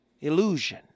illusion